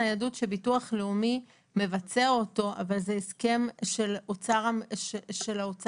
שביטוח לאומי מבצע, אבל זה הסכם של אוצר המדינה,